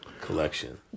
collection